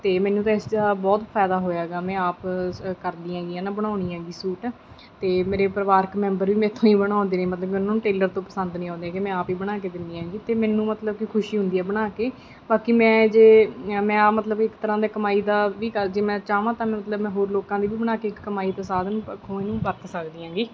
ਅਤੇ ਮੈਨੂੰ ਤਾਂ ਇਸਦਾ ਬਹੁਤ ਫ਼ਾਇਦਾ ਹੋਇਆ ਗਾ ਮੈਂ ਆਪ ਸ ਕਰਦੀ ਹੈਗੀ ਆ ਨਾ ਬਣਾਉਂਦੀ ਹੈਗੀ ਸੂਟ ਅਤੇ ਮੇਰੇ ਪਰਿਵਾਰਿਕ ਮੈਂਬਰ ਵੀ ਮੇਰੇ ਤੋਂ ਹੀ ਬਣਵਾਉਂਦੇ ਨੇ ਮਤਲਬ ਕਿ ਉਹਨਾਂ ਨੂੰ ਟੇਲਰ ਤੋਂ ਪਸੰਦ ਨਹੀਂ ਆਉਂਦੇ ਗੇ ਮੈਂ ਆਪ ਹੀ ਬਣਾ ਕੇ ਦਿੰਦੀ ਹੈਗੀ ਅਤੇ ਮੈਨੂੰ ਮਤਲਬ ਕਿ ਖੁਸ਼ੀ ਹੁੰਦੀ ਹੈ ਬਣਾ ਕੇ ਬਾਕੀ ਮੈਂ ਜੇ ਮੈਂ ਮਤਲਬ ਇਕ ਤਰ੍ਹਾਂ ਦੇ ਕਮਾਈ ਦਾ ਵੀ ਕਰ ਜੇ ਮੈਂ ਚਾਹਵਾਂ ਤਾਂ ਮੈਂ ਮਤਲਬ ਮੈਂ ਹੋਰ ਲੋਕਾਂ ਦੇ ਵੀ ਬਣਾ ਕੇ ਇੱਕ ਕਮਾਈ ਦੇ ਸਾਧਨ ਪੱਖੋਂ ਇਹਨੂੰ ਵਰਤ ਸਕਦੀ ਹੈਗੀ